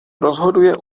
rozhoduje